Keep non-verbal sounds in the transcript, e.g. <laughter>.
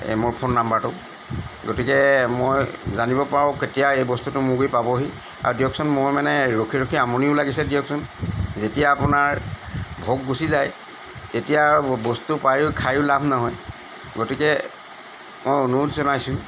এই মোৰ ফোন নাম্বাৰটো গতিকে মই জানিব পাৰোঁ কেতিয়া এই বস্তুটো মোৰ <unintelligible> পাবহি আৰু দিয়কচোন মই মানে ৰখি ৰখি আমনিও লাগিছে দিয়কচোন যেতিয়া আপোনাৰ ভোগ গুচি যায় তেতিয়া বস্তু পায়ো খায়ো লাভ নহয় গতিকে মই অনুৰোধ জনাইছোঁ